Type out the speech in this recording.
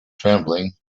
trembling